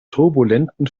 turbulenten